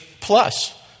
plus